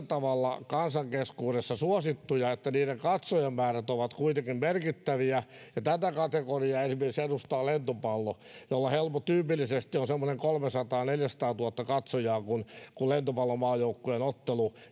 tavalla kansan keskuudessa suosittuja että niiden katsojamäärät ovat merkittäviä tätä kategoriaa esimerkiksi edustaa lentopallo jolla tyypillisesti on semmoinen kolmesataatuhatta viiva neljäsataatuhatta katsojaa joskus enemmänkin kun lentopallomaajoukkueen ottelu